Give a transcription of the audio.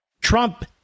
Trump